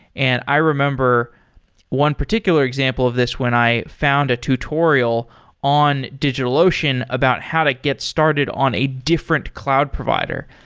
and i remember one particular example of this when i found a tutorial on digitalocean about how to get started on a different cloud provider.